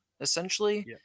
essentially